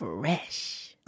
Fresh